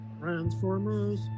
transformers